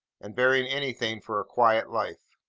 and bearing anything for a quiet life.